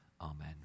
amen